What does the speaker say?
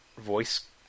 voice